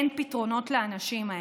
אין פתרונות לאנשים האלה.